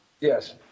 Yes